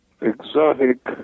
exotic